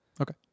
Okay